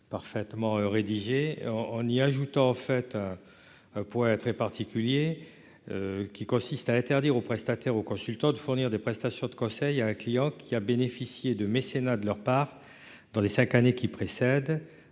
parfaitement rédigés en y ajoutant fait point très particulier qui consiste à interdire aux prestataires ou consultant de fournir des prestations de conseil à un client qui a bénéficié de mécénat de leur part dans les 5 années qui précèdent